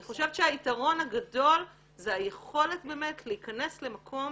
אני חושבת שהיתרון הגדול זה היכולת באמת להיכנס למקום